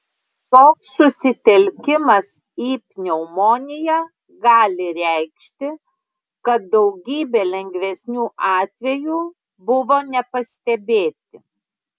toks susitelkimas į pneumoniją gali reikšti kad daugybė lengvesnių atvejų buvo nepastebėti